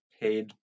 paid